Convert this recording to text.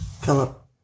Philip